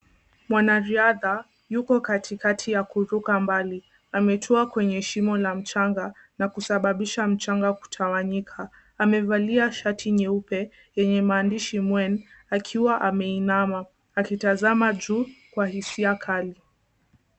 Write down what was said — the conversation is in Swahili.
Mwanariadha yuko katikati ya kuruka mbali. Ametua kwenye shimo la mchanga na kusababisha mchanga kutawanyika. Amevalia shati nyeupe yenye maandishi Mwen akiwa ameinama akitazama juu kwa hisia kali.